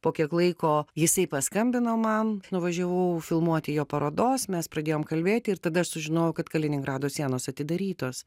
po kiek laiko jisai paskambino man nuvažiavau filmuoti jo parodos mes pradėjom kalbėti ir tada aš sužinojau kad kaliningrado sienos atidarytos